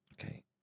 Okay